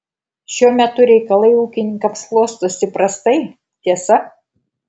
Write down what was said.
šiuo metu reikalai ūkininkams klostosi prastai tiesa